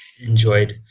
enjoyed